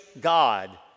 God